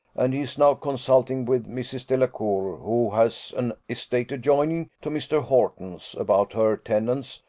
and he is now consulting with mrs. delacour, who has an estate adjoining to mr. horton's, about her tenants,